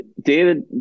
David